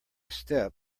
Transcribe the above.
step